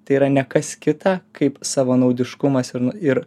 tai yra ne kas kita kaip savanaudiškumas ir